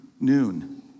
noon